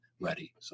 ready